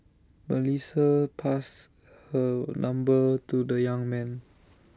Melissa passed her number to the young man